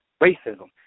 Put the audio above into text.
racism